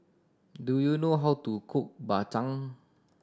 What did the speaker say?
do you know how to cook Bak Chang